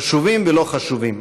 חשובים ולא חשובים.